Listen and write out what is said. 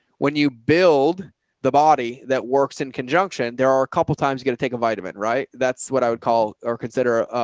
when you build the body that works in conjunction, there are a couple of times you got to take a vitamin, right? that's what i would call or consider, ah